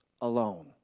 alone